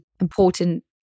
important